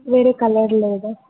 వేరే కలర్ లేదా